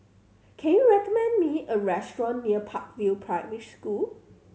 can you recommend me a restaurant near Park View Primary School